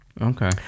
Okay